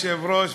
אדוני היושב-ראש,